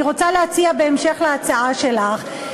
אני רוצה להציע, בהמשך להצעה שלך,